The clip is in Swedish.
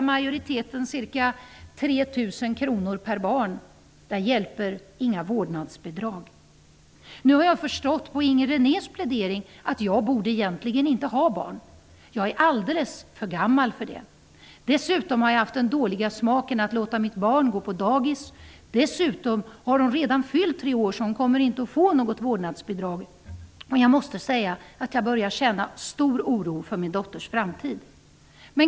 I min hemkommun kr per barn. Där hjälper inga vårdnadsbidrag. Jag har förstått av Inger Renés plädering att jag egentligen inte borde ha barn. Jag är alldeles för gammal för det. Dessutom har jag haft den dåliga smaken att låta mitt barn gå på dagis. Dessutom har hon redan fyllt tre år, så hon kommer inte att få något vårdnadsbidrag. Jag måste säga att jag börjar känna stor oro för min dotters framtid.